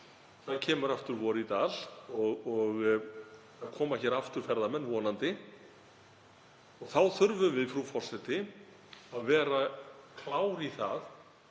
það kemur aftur vor í dal og það koma hér aftur ferðamenn, vonandi, og þá þurfum við, frú forseti, að vera klár í að